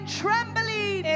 trembling